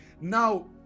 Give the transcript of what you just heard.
Now